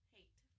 Hate